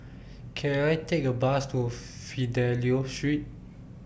Can I Take A Bus to Fidelio Street